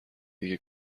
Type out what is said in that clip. دیگه